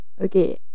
Okay